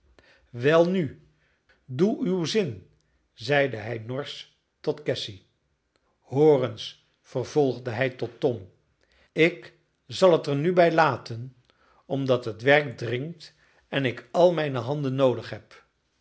welnu doe uw zin zeide hij norsch tot cassy hoor eens vervolgde hij tot tom ik zal het er nu bij laten omdat het werk dringt en ik al mijne handen noodig heb